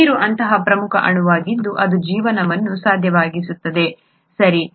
ನೀರು ಅಂತಹ ಪ್ರಮುಖ ಅಣುವಾಗಿದ್ದು ಅದು ಜೀವನವನ್ನು ಸಾಧ್ಯವಾಗಿಸುತ್ತದೆ ಸರಿ